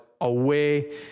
away